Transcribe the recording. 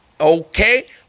okay